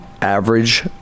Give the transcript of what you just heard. average